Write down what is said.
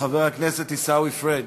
חבר הכנסת עיסאווי פריג'.